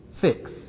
fix